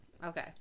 okay